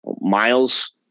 Miles